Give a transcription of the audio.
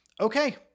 okay